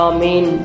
Amen